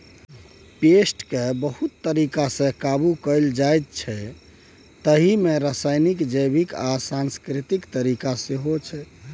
पेस्टकेँ बहुत तरीकासँ काबु कएल जाइछै ताहि मे रासायनिक, जैबिक आ सांस्कृतिक तरीका सेहो छै